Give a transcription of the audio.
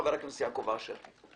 חבר הכנסת יעקב אשר.